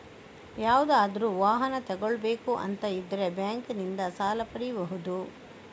ಯಾವುದಾದ್ರೂ ವಾಹನ ತಗೊಳ್ಬೇಕು ಅಂತ ಇದ್ರೆ ಬ್ಯಾಂಕಿನಿಂದ ಸಾಲ ಪಡೀಬಹುದು